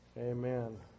Amen